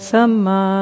Sama